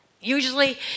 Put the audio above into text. Usually